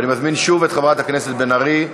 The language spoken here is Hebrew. אני מזמין שוב את חברת הכנסת בן ארי,